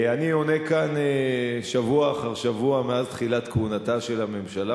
אני עונה כאן שבוע אחר שבוע מאז תחילת כהונתה של הממשלה,